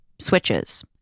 switches